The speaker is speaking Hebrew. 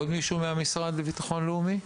עוד מישהו מהמשרד לבטחון לאומי?